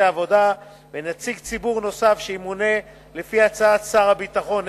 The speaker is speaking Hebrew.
עבודה ונציג ציבור נוסף שימונה לפי הצעת שר הביטחון,